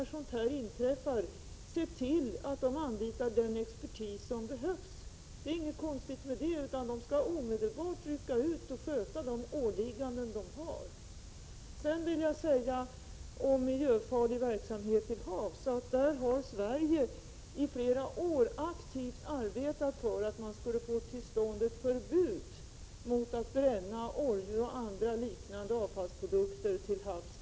De får naturligtvis när sådant här inträffar anlita den expertis som behövs — det är inget konstigt med det, utan de skall omedelbart rycka ut och sköta sina åligganden. När det gäller miljöfarlig verksamhet till havs har Sverige i flera år aktivt verkat för att få till stånd ett förbud mot att bränna oljor och andra liknande avfallsprodukter till havs.